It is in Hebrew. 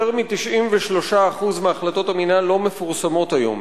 יותר מ-93% מהחלטות המינהל לא מפורסמות היום.